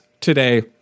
today